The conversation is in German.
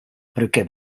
brücke